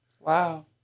Wow